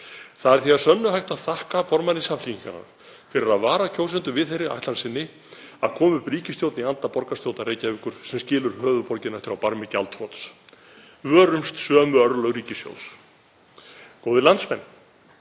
Það er því að sönnu hægt að þakka formanni Samfylkingarinnar fyrir að vara kjósendur við með þeirri ætlan sinni að koma upp ríkisstjórn í anda borgarstjórnar Reykjavíkur sem skilur höfuðborgina eftir á barmi gjaldþrots. Vörumst sömu örlög ríkissjóðs. Góðir landsmenn.